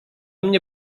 mnie